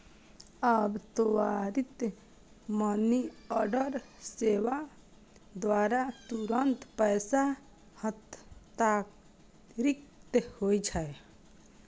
आब त्वरित मनीऑर्डर सेवा द्वारा तुरंत पैसा हस्तांतरित होइ छै